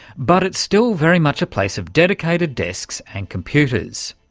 but it's still very much a place of dedicated desks and computers.